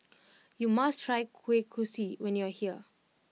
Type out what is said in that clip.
you must try Kueh Kosui when you are here